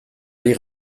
ari